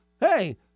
hey